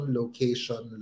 location